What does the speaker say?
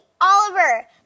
Oliver